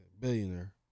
Billionaire